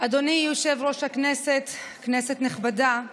אדוני יושב-ראש הכנסת, כנסת נכבדה,